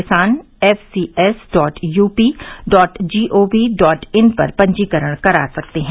किसान FCS dot UP dot gov dot in पर पंजीकरण करा सकते हैं